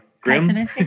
grim